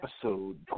episode